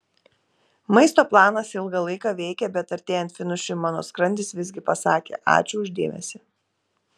maisto planas ilgą laiką veikė bet artėjant finišui mano skrandis visgi pasakė ačiū už dėmesį